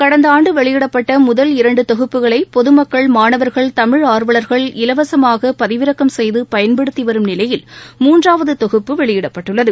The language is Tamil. கடந்த ஆண்டு வெளியிடப்பட்ட முதல் இரண்டு தொகுப்புகளை பொது மக்கள் மாணவர்கள் தமிழ் ஆர்வலர்கள் இலவசமாக பதிவிறக்கம் செய்து பயன்படுத்தி வரும் நிலையில் மூன்றாவது தொகுப்பு வெளியிடப்பட்டுள்ளது